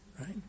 Right